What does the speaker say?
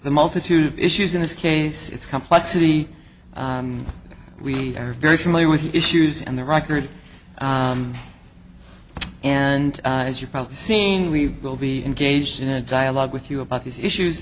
the multitude of issues in this case it's complexity we are very familiar with the issues and the record and as you've probably seen we will be engaged in a dialogue with you about these issues